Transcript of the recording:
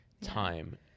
time